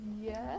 yes